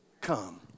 come